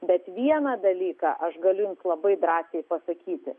bet vieną dalyką aš galiu jums labai drąsiai pasakyti